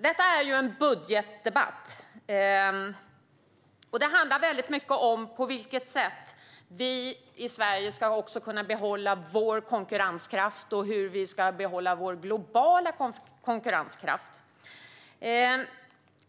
Detta är ju en budgetdebatt, och det handlar mycket om på vilket sätt vi i Sverige ska kunna behålla vår globala konkurrenskraft.